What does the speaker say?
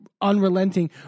unrelenting